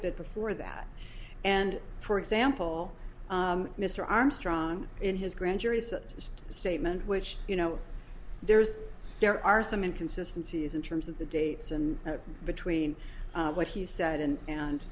bit before that and for example mr armstrong in his grand jury said just a statement which you know there's there are some inconsistency is in terms of the dates and between what he said and and